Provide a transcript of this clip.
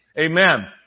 Amen